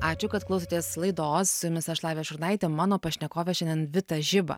ačiū kad klausotės laidos su jumis aš lavija šurnaitė o mano pašnekovė šiandien vita žiba